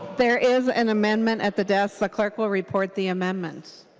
there is an amendment at the desk. the clerk will report the amendment.